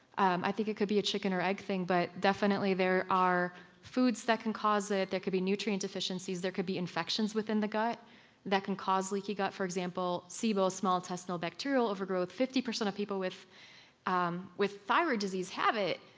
um i think it could be a chicken or egg thing, but definitely there are foods that can cause it, there could be nutrient deficiencies, there could be infections within the gut that can cause leaky gut. for example, sibo, small intestinal bacterial overgrowth, fifty percent of people with um with thyroid disease have it,